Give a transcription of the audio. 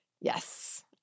Yes